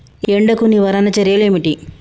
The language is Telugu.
ఎండకు నివారణ చర్యలు ఏమిటి?